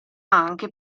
anche